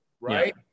right